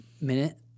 minute